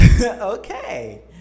Okay